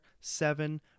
Seven